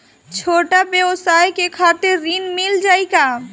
छोट ब्योसाय के खातिर ऋण मिल जाए का?